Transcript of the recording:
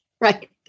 right